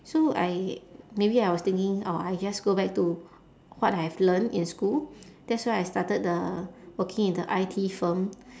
so I maybe I was thinking oh I just go back to what I have learnt in school that's why I started the working in the I_T firm